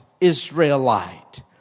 Israelite